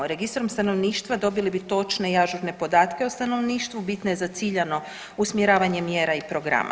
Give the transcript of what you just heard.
Registrom stanovništva dobili bi točne i ažurne podatke o stanovništvu bitne za ciljano usmjeravanje mjera i programa.